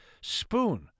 Spoon